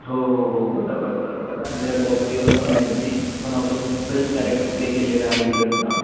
हो हो हो बरोबर बरोबर आहे त्याच्यात बॉबी देवल पण आहे त्याने एक one of the best character play केलेलं आहे व्हिलनचा